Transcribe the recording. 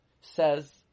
says